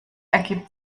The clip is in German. ergibt